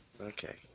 Okay